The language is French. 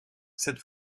cette